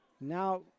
Now